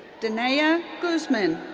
daena yeah ah guzman.